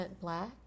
black